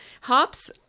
Hops